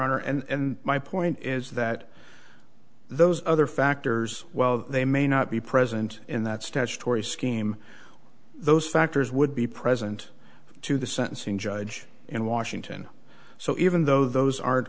honor and my point is that those other factors well they may not be present in that statutory scheme those factors would be present to the sentencing judge in washington so even though those are